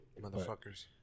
Motherfuckers